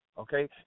okay